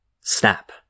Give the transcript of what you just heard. Snap